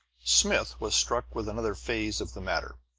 smith was struck with another phase of the matter.